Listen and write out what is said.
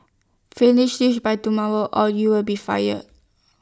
finish this by tomorrow or you'll be fired